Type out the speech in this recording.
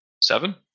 Seven